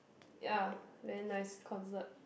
ya very nice concert